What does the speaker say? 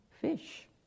fish